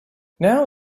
now